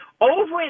over